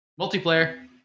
Multiplayer